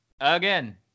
again